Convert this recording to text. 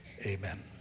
Amen